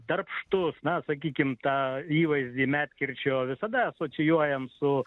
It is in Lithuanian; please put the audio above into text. darbštus na sakykim tą įvaizdį medkirčio visada asocijuojam su